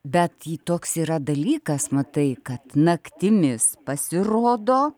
bet toks yra dalykas matai kad naktimis pasirodo